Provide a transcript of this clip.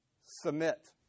submit